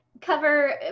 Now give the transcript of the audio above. cover